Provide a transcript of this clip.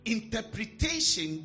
interpretation